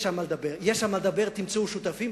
יש על מה לדבר, תמצאו שותפים.